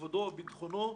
כבודו וביטחונו",